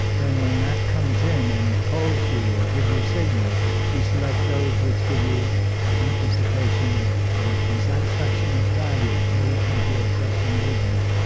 then when that comes in and pulls you or gives you signals you select those which give you amplification and and satisfaction of value and here we come to your question originally.